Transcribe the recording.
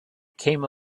came